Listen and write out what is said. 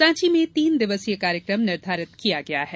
सांची में तीन दिवसीय कार्यक्रम निर्धारित किया गया है